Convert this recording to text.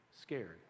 Scared